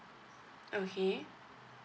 okay